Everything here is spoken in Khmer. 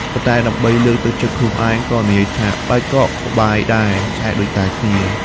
ប៉ុន្តែដើម្បីលើកទឹកចិត្តខ្លួនឯង ក៏និយាយថា បាយកកក៏បាយដែរ ឆ្អែតដូចតែគ្នា ។